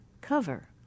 cover